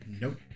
nope